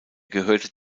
gehört